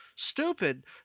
Stupid